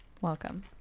Welcome